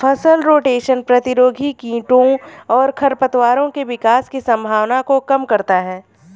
फसल रोटेशन प्रतिरोधी कीटों और खरपतवारों के विकास की संभावना को कम करता है